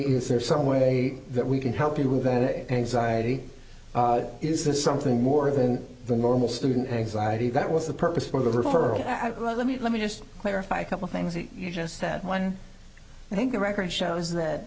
is there some way that we can help you with that is this something more than the normal student anxiety that was the purpose for the referral let me let me just clarify a couple things that you just said when i think the record shows that